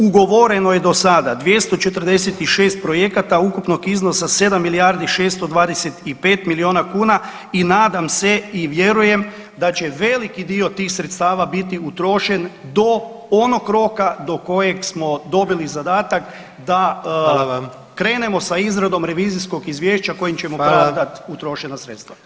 Ugovoreno je do sada 246 projekata ukupnog iznosa 7 milijardi 625 milijuna kuna i nadam se i vjerujem da će veliki dio tih sredstava biti utrošen do onog roka do kojeg smo dobili zadatak da krenemo sa izradom revizijskog izvješća kojim ćemo pravdat utrošena sredstva.